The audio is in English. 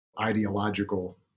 ideological